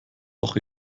doch